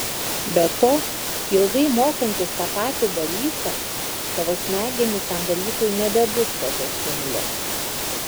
be to ilgai mokantis tą patį dalyką tavo smegenys tam dalykui nebebus tokios imlios